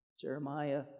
Jeremiah